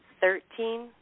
Thirteen